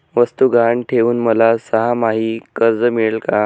वस्तू गहाण ठेवून मला सहामाही कर्ज मिळेल का?